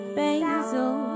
basil